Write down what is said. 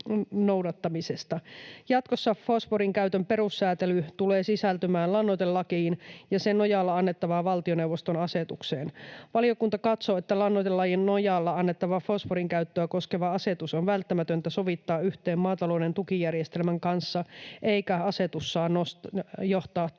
Jatkossa fosforinkäytön perussäätely tulee sisältymään lannoitelakiin ja sen nojalla annettavaan valtioneuvoston asetukseen. Valiokunta katsoo, että lannoitelain nojalla annettava fosforin käyttöä koskeva asetus on välttämätöntä sovittaa yhteen maatalouden tukijärjestelmän kanssa, eikä asetus saa johtaa tukitason